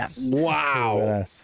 Wow